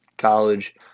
college